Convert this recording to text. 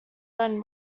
own